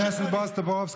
אתם עסוקים,